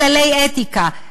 כללי אתיקה,